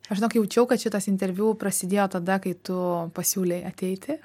aš žinok jaučiau kad šitas interviu prasidėjo tada kai tu pasiūlei ateiti